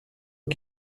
aux